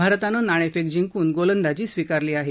भारतानं नाणेफेक जिंकून गोलंदाजी स्वीकारली आहे